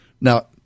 Now